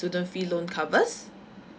student fee loan covers